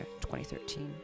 2013